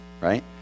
right